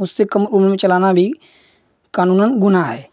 उससे कम उम्र में चलाना भी कानूनन गुनाह है